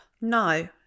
No